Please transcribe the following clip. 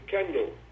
Kendall